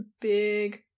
big